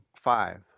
five